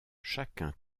chacun